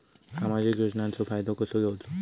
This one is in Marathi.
सामाजिक योजनांचो फायदो कसो घेवचो?